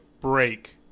break